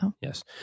Yes